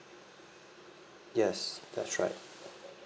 yes that's right